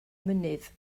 mynydd